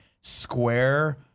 square